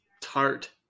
tart